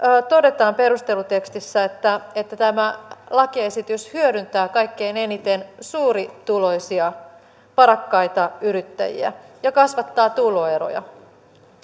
todetaan perustelutekstissä että että tämä lakiesitys hyödyttää kaikkein eniten suurituloisia varakkaita yrittäjiä ja kasvattaa tuloeroja